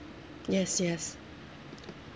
yes yes